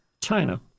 China